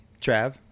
Trav